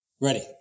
Ready